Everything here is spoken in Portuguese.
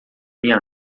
minha